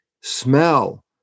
smell